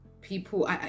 people